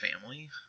Family